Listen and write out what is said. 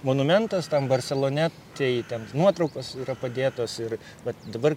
monumentas tam barselone tai ten nuotraukos yra padėtos ir vat dabar